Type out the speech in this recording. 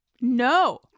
No